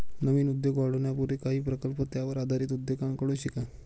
नवीन उद्योग वाढवण्यापूर्वी काही प्रकल्प त्यावर आधारित उद्योगांकडून शिका